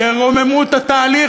שרוממו את התהליך,